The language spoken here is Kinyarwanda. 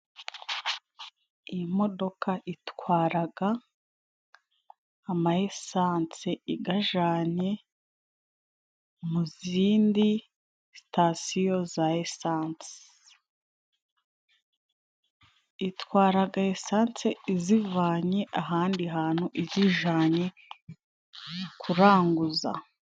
Iyi modoka itwaraga ama esansi , igajanye mu zindi sitasiyo za esansi, itwaraga esansi izivanye ahandi hantu izijanye kuranguza.